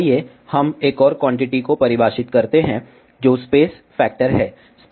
आइए हम एक और क्वांटिटी को परिभाषित करते हैं जो स्पेस फैक्टर है